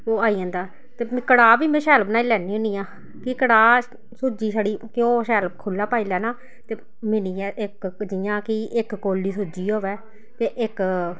ओह् आई जंदा ते मी कढ़ाऽ बी में शैल बनाई लैन्नी होन्नी आं कि कढ़ाऽ सूजी छड़ी घ्यो शैल खुल्ला पाई लैना ते मिनियै इक जि'यां कि इक कौली सूजी होऐ ते इक